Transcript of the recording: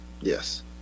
yes